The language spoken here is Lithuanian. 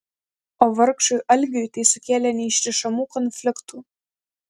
o vargšui algiui tai sukėlė neišrišamų konfliktų